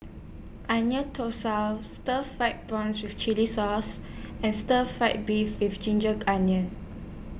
Onion Thosai Stir Fried Prawn with Chili Sauce and Stir Fry Beef with Ginger Onions